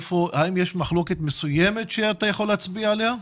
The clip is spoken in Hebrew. האם יש מחלוקת מסוימת שאתה יכול להצביע עליה?